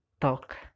talk